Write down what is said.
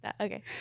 okay